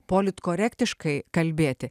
politkorektiškai kalbėti